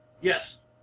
Yes